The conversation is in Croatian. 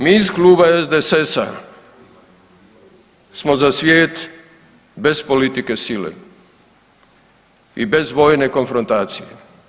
Mi iz Kluba SDSS-a smo za svijet bez politike sile i bez vojne konfrontacije.